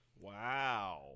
Wow